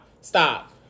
Stop